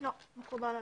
מקובל עלינו.